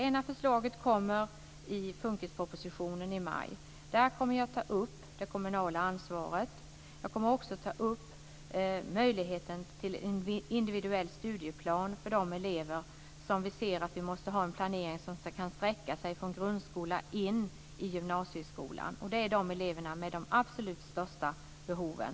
Det ena förslaget kommer i funkispropositionen i maj, och där kommer jag att ta upp det kommunala ansvaret och även möjligheten till individuell studieplan för de elever som visar sig behöva en planering som kan sträcka sig från grundskolan in i gymnasieskolan. Det är eleverna med de absolut största behoven.